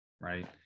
right